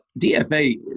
DFA